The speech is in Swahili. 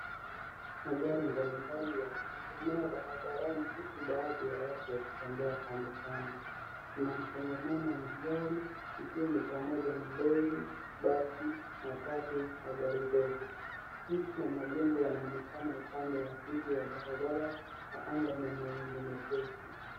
Magari mbalimbali huku baadhi ya watu wakitembea kando kando ,kuna msongamano wa magari ikiwa ni pamoja na lori, basi ,matatu na gari ndogo, miti na majengo yanaonekana upande wa barabara na anga ni ya mawingu mepesi.